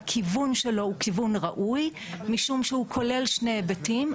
הכיוון שלו הוא כיוון ראוי משום שהוא כולל שני היבטים,